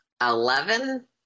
eleven